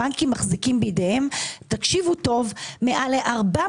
הבנקים מחזיקים בידיהם תקשיבו טוב מעל 400